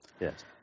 Yes